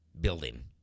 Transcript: building